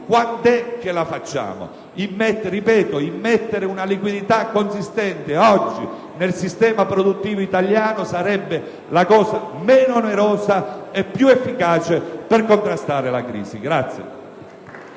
quando la facciamo? Ripeto, immettere una liquidità consistente oggi nel sistema produttivo italiano sarebbe la cosa meno onerosa e più efficace per contrastare la crisi.